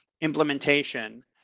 implementation